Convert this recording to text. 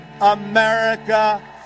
America